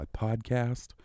podcast